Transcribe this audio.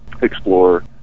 explore